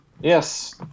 Yes